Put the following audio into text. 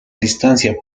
distancia